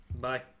Bye